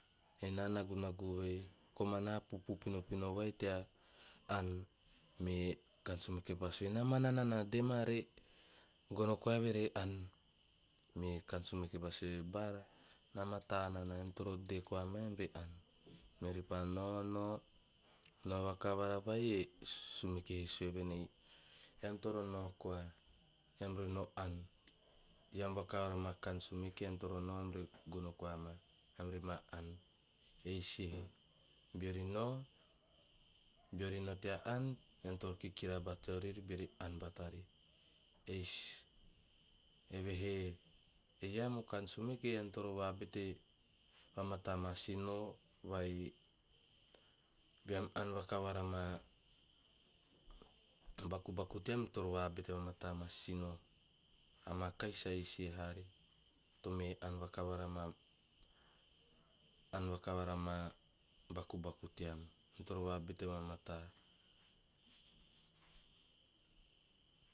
Ena nagunagu vai, komana pupu pinopino vai tea ann." Me kaan sumeke pa sue "na mana nana deema eve re gono koa e re ann." Me kaan sumeke pa sue "bara na mataa nana eam toro dee koa mae re aan." Meori pa nao- nao, nao vakavara vai e sumeke he sue venei "eam toro nao koa eam re no aan eam vakavara ama kaan sumeke eam re nao eam re gono koamaa eam re maa aan eis ei beori nao, beori nao tea aan ean toro kikira bata ori beori ann batari eis." Eve eam o kaan sumeke eam toro vabate vamata ama sinoo vai beam aan vakavara maa bakubaku team toro vabete vamataa maa sinoo maa kahi sa isi haari tome aan vakavara maa bakubaku team eam toro vabete vamata.